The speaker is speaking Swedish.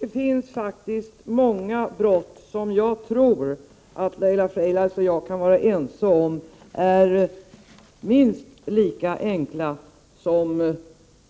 Herr talman! Jag tror att Laila Freivalds och jag kan vara överens om att det finns många brott som är minst lika enkla som